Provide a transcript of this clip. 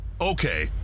okay